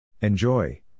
Enjoy